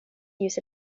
use